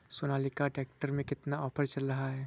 Sonalika tractor में कितना offer चल रहा है?